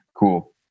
Cool